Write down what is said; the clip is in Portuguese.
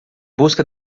busca